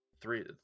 three